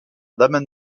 damian